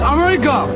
America